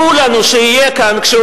אדוני, אתן לך עוד שתי דקות.